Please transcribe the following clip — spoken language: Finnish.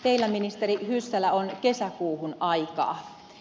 teillä ministeri hyssälä on kesäkuuhun aikaa